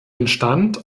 entstand